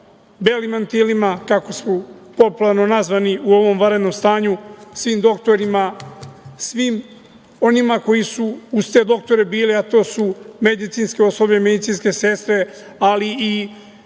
belim mantilima, kako su popularno nazvani u ovom vanrednom stanju, svim doktorima, svim onima koji su uz te doktore bili, a to su medicinsko osoblje, medicinske sestre, ali i